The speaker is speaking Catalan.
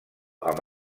amb